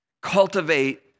Cultivate